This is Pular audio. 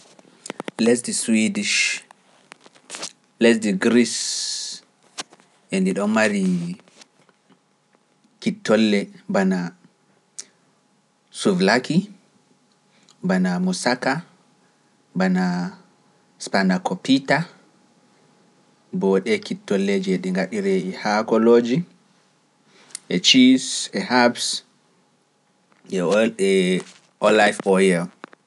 Lesdi Suidish, lesdi Gris, endi ɗon mari kittolle bana suvlaki, bana musaka, bana spanakopita, booɗe kittolleji e ɗi ngaɗiree e haakololoji, e ciis, e habs, e olay fooye.